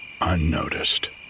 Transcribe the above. unnoticed